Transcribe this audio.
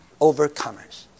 overcomers